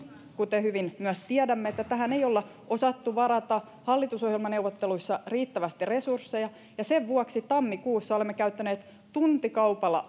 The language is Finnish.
kuten hyvin myös tiedämme että tähän ei olla osattu varata hallitusohjelmaneuvotteluissa riittävästi resursseja ja sen vuoksi tammikuussa olemme käyttäneet tuntikaupalla